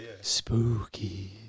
spooky